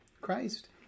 Christ